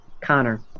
Connor